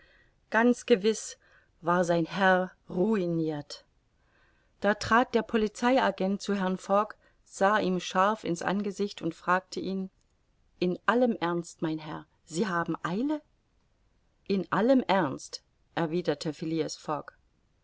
ganz gewiß war sein herr ruinirt da trat der polizei agent zu herrn fogg sah ihm scharf in's angesicht und fragte ihn in allem ernst mein herr sie haben eile in allem ernst erwiderte